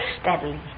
steadily